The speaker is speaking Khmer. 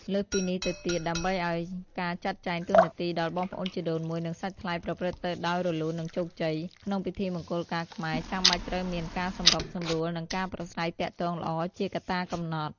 លើសពីនេះទៅទៀតដើម្បីឱ្យការចាត់ចែងតួនាទីដល់បងប្អូនជីដូនមួយ និងសាច់ថ្លៃប្រព្រឹត្តទៅដោយ រលូន និងជោគជ័យ ក្នុងពិធីមង្គលការខ្មែរ ចាំបាច់ត្រូវមាន ការសម្របសម្រួល និងការប្រាស្រ័យទាក់ទងល្អ ជាកត្តាកំណត់។